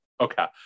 Okay